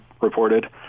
reported